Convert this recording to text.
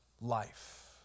life